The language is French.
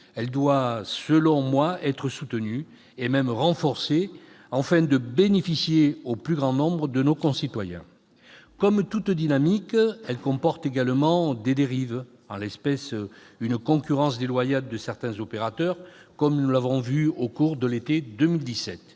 elle doit selon moi être soutenue et même renforcée afin de bénéficier au plus grand nombre de nos concitoyens. Comme toute dynamique, elle comporte également des dérives, en l'espèce une concurrence déloyale de certains opérateurs comme nous l'avons vu au cours de l'été 2017.